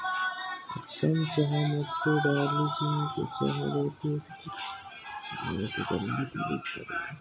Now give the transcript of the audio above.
ಅಸ್ಸಾಂ ಚಹಾ ಮತ್ತು ಡಾರ್ಜಿಲಿಂಗ್ ಚಹಾನ ಅತೀ ಹೆಚ್ಚಾಗ್ ಭಾರತದಲ್ ಬೆಳಿತರೆ